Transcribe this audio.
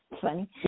funny